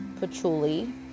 patchouli